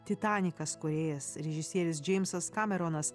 titanikas kūrėjas režisierius džeimsas kameronas